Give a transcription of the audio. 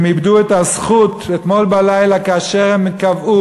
הם איבדו את הזכות אתמול בלילה כאשר הם קבעו